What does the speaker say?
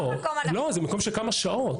לא, זה מקום של כמה שעות.